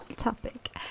topic